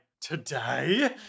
today